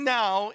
now